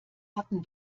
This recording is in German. hatten